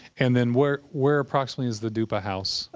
and then where where approximately is the duppa house?